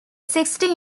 sixty